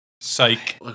Psych